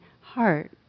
heart